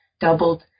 doubled